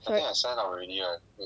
correct